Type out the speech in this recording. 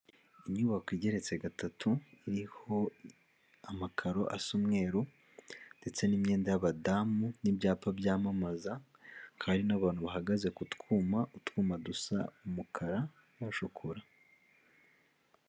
Inyubako igeretse gatatu iriho amakaro asa umweru ndetse n'imyenda y'abadamu n'ibyapa byamamaza, hakaba hari n'abantu bahagaze ku twuma utwuma dusa umukara na shokora.